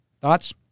Thoughts